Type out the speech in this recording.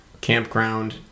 Campground